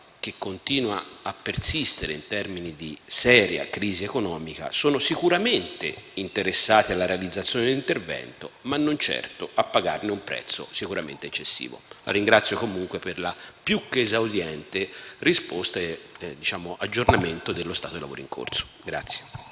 in cui persiste una seria crisi economica, sono sicuramente interessati alla realizzazione dell'intervento, ma non certo a pagarne un prezzo sicuramente eccessivo. La ringrazio comunque per la più che esauriente risposta e per l'aggiornamento sullo stato dei lavori in corso.